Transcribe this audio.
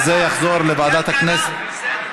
אז זה יחזור לוועדת הכנסת.